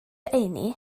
eni